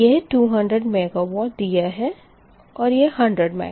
यह 200 MW दिया है और यह 100 MW